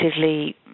relatively